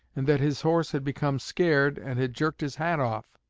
and that his horse had become scared and had jerked his hat off.